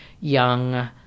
young